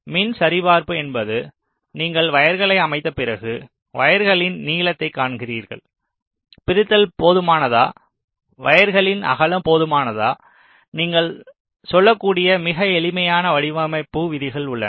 மின் சரிபார்ப்பு என்பது நீங்கள் வயர்களை அமைத்த பிறகு வயர்களின் நீளத்தைக் காண்கிறீர்கள் பிரித்தல் போதுமானதா வயர்களின் அகலம் போதுமானதா நீங்கள் சொல்லக்கூடிய சில மிக எளிய வடிவமைப்பு விதிகள் உள்ளன